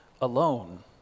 alone